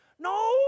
No